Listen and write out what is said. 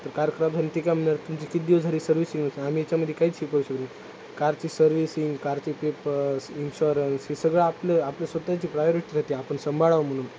तर कार खराब झाली ते काय म्हणणार तुमची किती दिवस झाली सर्व्हिसिंग तर आम्ही याच्यामध्ये काहीच करू शकत नाही कारची सर्व्हिसिंग कारचे पेपर्स इन्श्युरन्स हे सगळं आपलं आपल्या स्वतःची प्रायोरिटी राहते आपण संभाळावं म्हणून